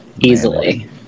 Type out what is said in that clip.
Easily